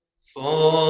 for